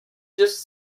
just